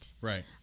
right